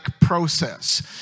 process